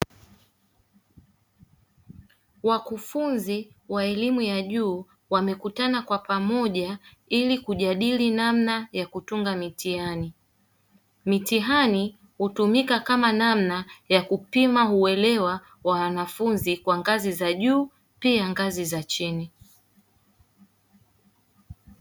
Wakufunzi wa elimu ya juu wamekutana kwa pamoja ili kujadili namna ya kutunga mitihani. Mitihani hutumika kama namna ya kupima uelewa wa wanafunzi kwa ngazi za juu pia ngazi za chini.